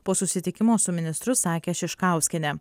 po susitikimo su ministru sakė šiškauskienė